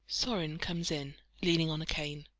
sorin comes in leaning on a cane,